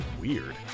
weird